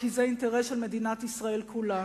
כי זה אינטרס של מדינת ישראל כולה.